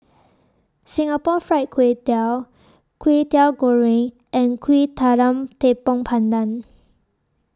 Singapore Fried Kway Tiao Kwetiau Goreng and Kueh Talam Tepong Pandan